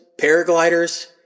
paragliders